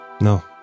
No